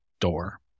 door